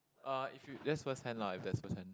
uh if you that's first hand lah if that's first hand